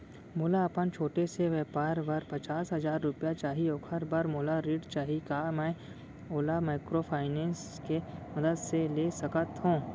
मोला अपन छोटे से व्यापार बर पचास हजार रुपिया चाही ओखर बर मोला ऋण चाही का मैं ओला माइक्रोफाइनेंस के मदद से ले सकत हो?